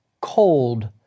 Cold